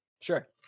sure